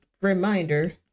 reminder